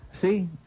See